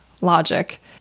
logic